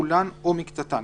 כולן או מקצתן,